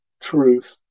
truth